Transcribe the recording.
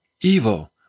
evil